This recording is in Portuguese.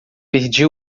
perdi